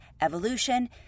evolution